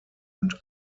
und